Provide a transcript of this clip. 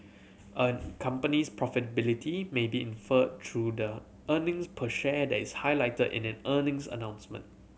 a company's profitability may be inferred through the earnings per share that is highlighted in an earnings announcement